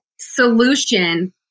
solution